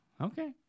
Okay